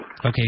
Okay